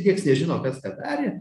nieks nežino kas darė